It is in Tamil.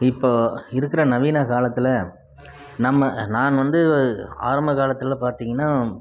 இப்போது இருக்கிற நவீன காலத்தில் நம்ம நான் வந்து ஆரம்ப காலத்தில் பார்த்திங்ன்னா